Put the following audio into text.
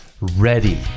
ready